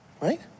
right